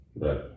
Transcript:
Right